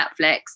Netflix